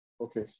Okay